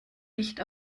nicht